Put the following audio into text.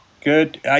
Good